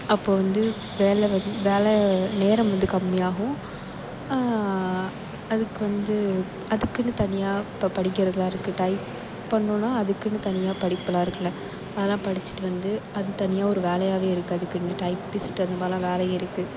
அப்போது வந்து வேலை வந்து வேலை நேரம் வந்து கம்மியாகும் அதுக்கு வந்து அதுக்குன்னு தனியாக இப்போ படிக்கிறதுலாம் இருக்குது டைப் பண்ணணுன்னால் அதுக்குன்னு தனியாக படிப்புலாம் இருக்கில்ல அதலாம் படித்துட்டு வந்து அது தனியாக ஒரு வேலையாகவே இருக்குது அதுக்குன்னு டைப்பிஸ்ட் அதுமாதிரிலாம் வேலை இருக்குது